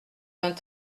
vingt